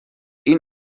این